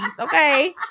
okay